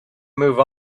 move